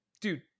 dude